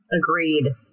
Agreed